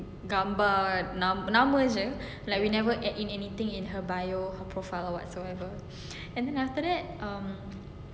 gambar nam~ nama jer like we never add in anything in her bio her profile or whatsoever and then after that um